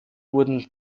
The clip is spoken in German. wurden